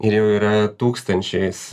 ir jų yra tūkstančiais